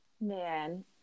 Man